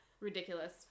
ridiculous